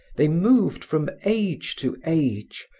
they moved from age to age,